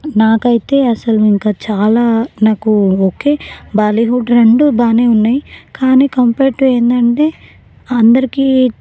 నాకైతే అసలు ఇంకా చాలా నాకు ఒకే బాలీవుడ్ రెండు బాగానే ఉన్నాయ్ కానీ కంపేర్టు ఏంటంటే అందరికీ